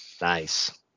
Nice